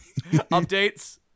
updates